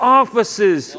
offices